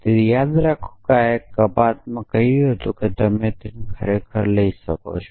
તેથી યાદ રાખો કે આ એક કપાતમાં કહ્યું હતું કે તમે ખરેખર લઈ શકો છો